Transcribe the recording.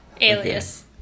Alias